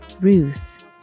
Ruth